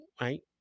right